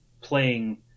playing –